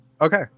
Okay